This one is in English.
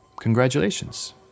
Congratulations